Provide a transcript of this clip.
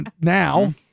now